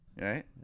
right